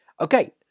Okay